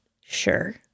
Sure